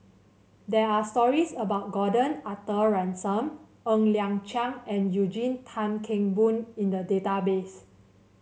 there are stories about Gordon Arthur Ransome Ng Liang Chiang and Eugene Tan Kheng Boon in the database